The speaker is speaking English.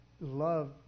love